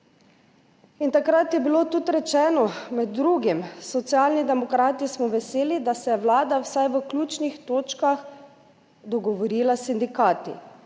Takrat je bilo tudi rečeno, med drugim: »Socialni demokrati smo veseli, da se je vlada vsaj v ključnih točkah dogovorila s sindikati.